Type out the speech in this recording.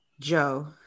Joe